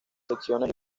secciones